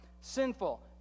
sinful